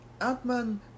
Ant-Man